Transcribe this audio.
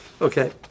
Okay